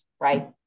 right